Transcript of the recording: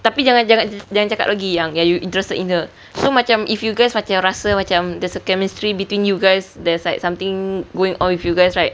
tapi jangan jangan cakap lagi yang you interested in her so macam if you guys macam rasa macam there's a chemistry between you guys there's like something going on with you guys right